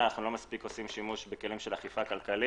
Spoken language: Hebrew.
אנחנו לא מספיק עושים שימוש בכלים של אכיפה כלכלית,